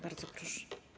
Bardzo proszę.